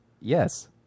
Yes